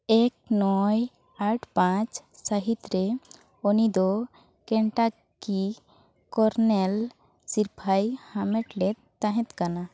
ᱮᱠ ᱱᱚᱭ ᱟᱴ ᱯᱟᱸᱪ ᱥᱟᱦᱤᱛ ᱨᱮ ᱩᱱᱤ ᱫᱚ ᱠᱮᱱᱴᱟᱠᱤ ᱠᱚᱨᱱᱮᱞ ᱥᱤᱨᱯᱷᱟᱭ ᱦᱟᱢᱮᱴ ᱞᱮᱫ ᱛᱟᱦᱮᱫ ᱠᱟᱱᱟ